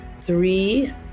three